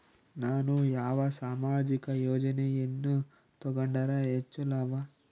ನಾನು ಯಾವ ಸಾಮಾಜಿಕ ಯೋಜನೆಯನ್ನು ತಗೊಂಡರ ಹೆಚ್ಚು ಲಾಭ?